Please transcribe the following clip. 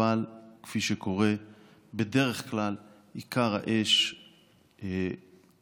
אבל כפי שקורה בדרך כלל האש כוונה,